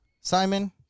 Simon